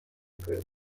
group